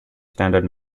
standard